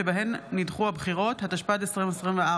התשפ"ד 2024,